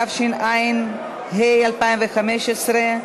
התשע"ה 2015,